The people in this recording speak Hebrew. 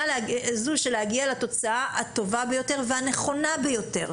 הזו של להגיע לתוצאה הטובה ביותר והנכונה ביותר.